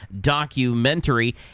documentary